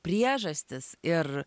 priežastys ir